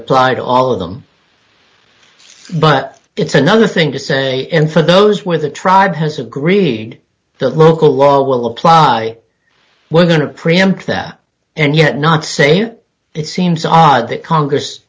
apply to all of them but it's another thing to say and for those where the tribe has agreed that local law will apply we're going to preempt that and yet not say it seems odd that congress